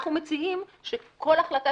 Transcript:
אנחנו מציעים שכל החלטה